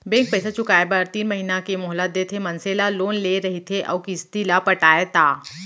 bank पइसा चुकाए बर तीन महिना के मोहलत देथे मनसे ला लोन ले रहिथे अउ किस्ती ल पटाय ता